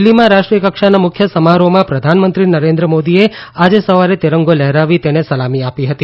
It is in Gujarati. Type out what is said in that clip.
દિલ્હીમાં રાષ્ટ્રીયકક્ષાના મુખ્ય સમારોહમાં પ્રધાનમંત્રી નરેન્દ્ર મોદીએ આજે સવારે તિરંગો લહેરાવી તેને સલામી આપી હતી